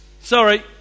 Sorry